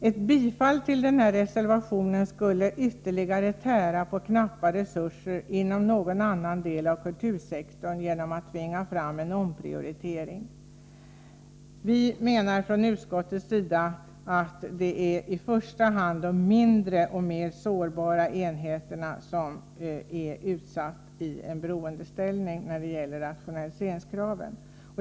Ett bifall till denna reservation skulle ytterligare tära på knappa resurser inom någon annan del av kultursektorn, genom att tvinga fram en omprioritering. Vi menar från utskottets sida att det är i första hand de mindre enheterna som är mest sårbara när det gäller rationaliseringskraven.